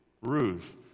Ruth